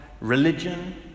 religion